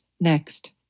Next